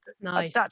Nice